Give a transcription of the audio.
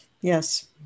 yes